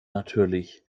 natürlich